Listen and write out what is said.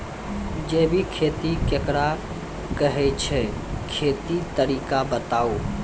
जैबिक खेती केकरा कहैत छै, खेतीक तरीका बताऊ?